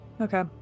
Okay